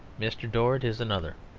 mr. dorrit is another.